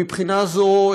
מבחינה זו,